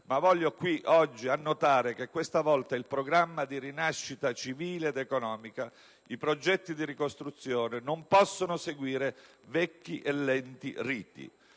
ma voglio qui oggi annotare che questa volta il programma di rinascita civile ed economica, i progetti di ricostruzione non possono seguire vecchi e lenti riti.